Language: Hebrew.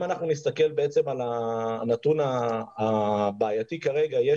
אם אנחנו נסתכל על הנתון הבעייתי כרגע,